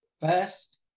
first